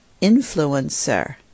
influencer